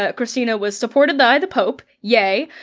ah kristina was supported by the pope, yay,